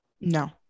No